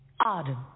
Adam